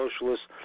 socialists